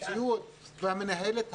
הציוד והמנהלת,